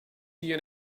you